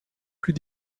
plus